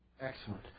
Excellent